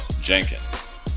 Jenkins